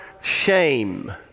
shame